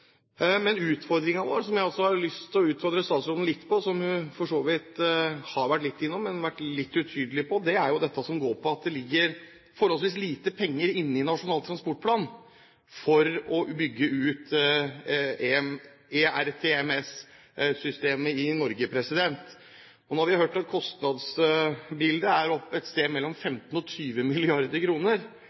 Men utfordringen – jeg har lyst til å utfordre statsråden litt på det som hun for så vidt har vært litt innom, men vært litt utydelig på – er at det ligger forholdsvis lite penger inne i Nasjonal transportplan for å bygge ut ERTMS-systemet i Norge. Nå har vi hørt at kostnadsbildet er et sted mellom 15 og 20